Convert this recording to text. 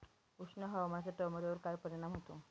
उष्ण हवामानाचा टोमॅटोवर काय परिणाम होतो?